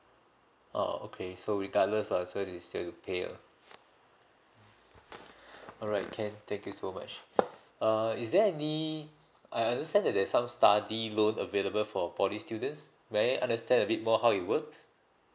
oh okay so regardless ah so they still to pay lah alright can thank you so much uh is there any I understand that there's some study loan available for poly students may I understand a bit more how it works